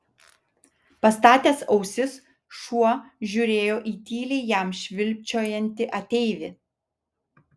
pastatęs ausis šuo žiūrėjo į tyliai jam švilpčiojantį ateivį